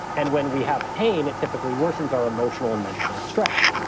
and when we have pain, it typically worsens our emotional and mental stress.